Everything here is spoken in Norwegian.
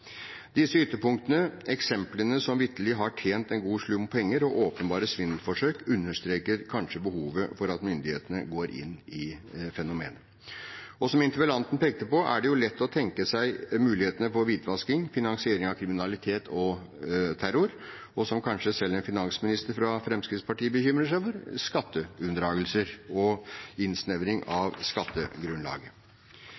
Disse ytterpunktene – eksemplene som vitterlig har tjent en god slump penger, og åpenbare svindelforsøk – understreker kanskje behovet for at myndighetene går inn i fenomenet. Som interpellanten pekte på, er det lett å tenke seg mulighetene for hvitvasking, finansiering av kriminalitet og terror og – som kanskje selv en finansminister fra Fremskrittspartiet bekymrer seg for – skatteunndragelser og innsnevring